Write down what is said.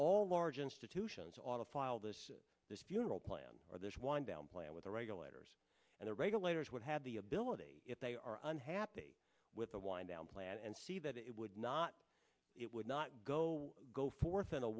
all large institutions ought to file this this funeral plan or there's one down plan with the regulators and the regulators would have the ability if they are unhappy with the wind down plan and see that it would not it would not go go forth in a